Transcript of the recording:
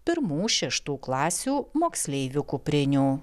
pirmų šeštų klasių moksleivių kuprinių